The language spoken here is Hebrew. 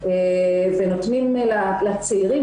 אבל לצערי,